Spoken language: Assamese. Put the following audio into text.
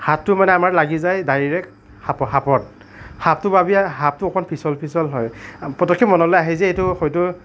হাতটো মানে আমাৰ লাগি যায় ডাইৰেক সাপ সাপত সাপটো ভাবি সাপটো অকণ পিচল পিচল হয় পটককৈ মনলৈ আহে যে এইটো হয়তো ডাঙৰ